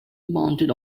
mounted